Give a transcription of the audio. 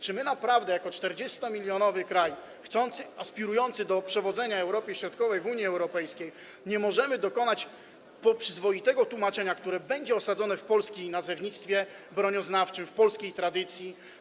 Czy naprawdę jako 40-milionowy kraj aspirujący do przewodzenia Europie Środkowej w Unii Europejskiej nie możemy dokonać przyzwoitego tłumaczenia, które będzie osadzone w polskim nazewnictwie bronioznawczym, w polskiej tradycji?